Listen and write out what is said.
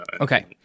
Okay